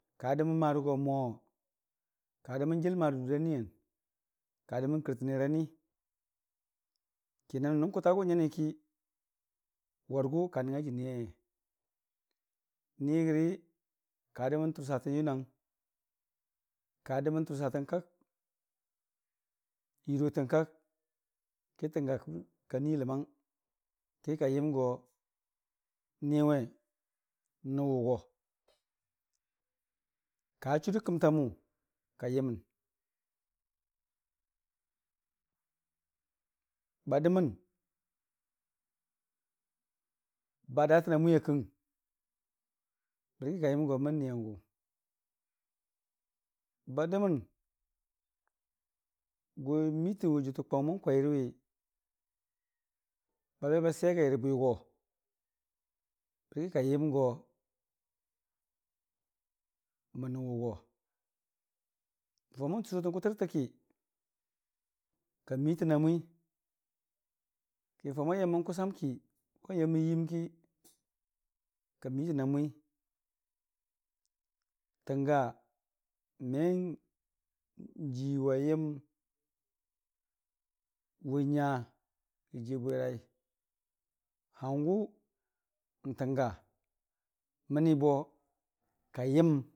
kadəmən marəgo moo, kadəmən nə jəmarə dudaniyən, ka dəmən kɨrtənera ni ka nanʊ nəng kʊtagʊ nyaniki wargʊ ka nəngnga jənii yaiye. Nigri ka dəmən tʊrsatən yʊnang ka dəmən tʊrsatən kak yurotə kak ki təngaka nuii ləmang kika yəmgo niwe nəwʊgo. Ka churɨ kəmtamʊ ka yəmən, ba dəmən ba daatən amwi a kɨng bərki ka yəm go mən niyangʊ ba dəmən gʊ n'miitən jʊtəkwai mən kwai rəwi babeba siyagai rə bwigo bərki ka yəmgo mənə wʊgo, mən faʊmən tɨsotən kʊtərtəki ka miitəna mwi, ki mən faʊ mən yammən kʊsam ki mən yəmmən yiimki ka miitən a n'mwi. Tənga me n'jiiwa yəm jiiwʊ nya ra jii bwirai, hangʊ n'tənga mənibo kayim.